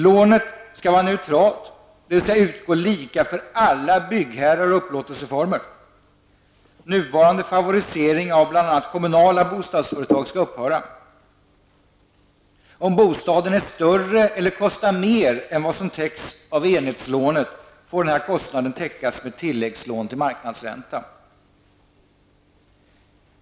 Lånet skall vara neutralt, dvs. utgå lika för alla byggherrar och upplåtelseformer. Nuvarande favorisering av bl.a. kommunala bostadsföretag skall upphöra. Om bostaden är större eller kostar mer än vad som täcks av enhetslånet, får denna kostnad täckas med tilläggslån till marknadsränta.